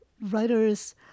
writers